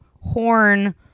horn